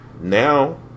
now